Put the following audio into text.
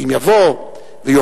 אם יבוא ויאמר,